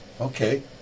Okay